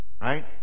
Right